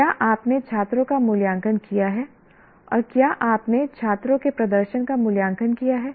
क्या आपने छात्रों का मूल्यांकन किया है और क्या आपने छात्रों के प्रदर्शन का मूल्यांकन किया है